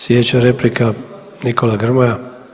Sljedeća replika Nikola Grmoja.